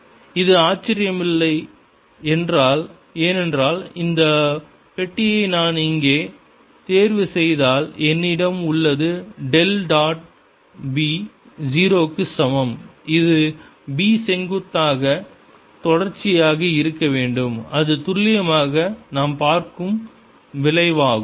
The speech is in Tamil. MMHinsideMB0 M M1MMB0 MMM1B0 BBapplied Bdue to M HHapplied Hdue to MB0 MM1B0B01M1 Net field B0HM இது ஆச்சரியமல்ல ஏனென்றால் இந்த பெட்டியை நான் இங்கே தேர்வுசெய்தால் என்னிடம் உள்ளது டெல் டாட் b 0 க்கு சமம் இது b செங்குத்தாக தொடர்ச்சியாக இருக்க வேண்டும் அது துல்லியமாக நாம் பார்க்கும் விளைவாகும்